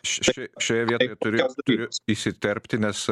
š ši šioje vietoje turiu turiu įsiterpti nes